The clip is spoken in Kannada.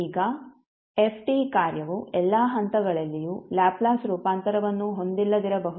ಈಗ f ಕಾರ್ಯವು ಎಲ್ಲಾ ಹಂತಗಳಲ್ಲಿಯೂ ಲ್ಯಾಪ್ಲೇಸ್ ರೂಪಾಂತರವನ್ನು ಹೊಂದಿಲ್ಲದಿರಬಹುದು